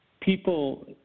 people